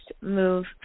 move